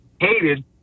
hated